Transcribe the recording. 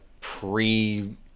pre